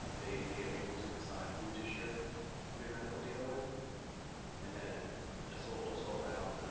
they they are able to decide who to share your medical data with and then this will also allow